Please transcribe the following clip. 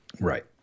right